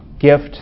gift